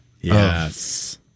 Yes